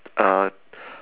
uh